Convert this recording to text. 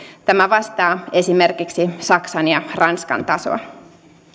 tämä vastaa esimerkiksi saksan ja ranskan tasoa